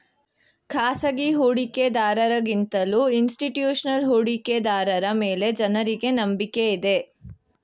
ಖಾಸಗಿ ಹೂಡಿಕೆದಾರರ ಗಿಂತಲೂ ಇನ್ಸ್ತಿಟ್ಯೂಷನಲ್ ಹೂಡಿಕೆದಾರರ ಮೇಲೆ ಜನರಿಗೆ ನಂಬಿಕೆ ಇದೆ